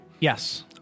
Yes